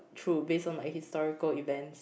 true based on my historical event